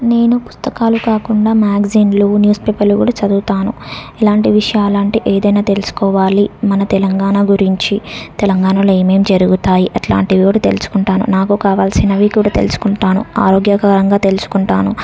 నేను పుస్తకాలు కాకుండా మ్యాగ్జైన్లు న్యూస్పేపర్లు కూడా చదువుతాను ఎలాంటి విషయాలు అంటే ఏదైనా తెలుసుకోవాలి మన తెలంగాణ గురించి తెలంగాణలో ఏమేమి జరుగుతాయి అట్లాంటివి కూడా తెలుసుకుంటాను నాకు కావాల్సినవి కూడా తెలుసుకుంటాను ఆరోగ్యకరంగా తెలుసుకుంటాను